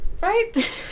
Right